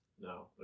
No